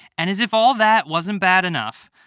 and as if all that wasn't bad enough,